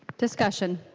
discussion?